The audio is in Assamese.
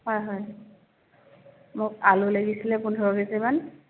হয় হয় মোক আলু লাগিছিলে পোন্ধৰ কেজিমান